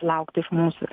laukt iš mūsų